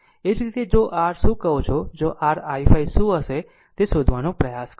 એ જ રીતે જો r શું કહો છે જો r i5 શું હશે તે શોધવાનો પ્રયાસ કરો